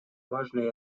важное